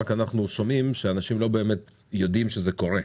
רק אנחנו שומעים שאנשים לא באמת יודעים שזה קורה.